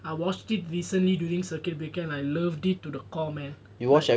I watched it recently during circuit and I love it to the core man like